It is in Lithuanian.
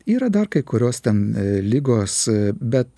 yra dar kai kurios ten ligos bet